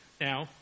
Now